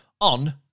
on